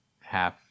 half